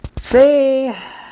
Say